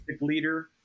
leader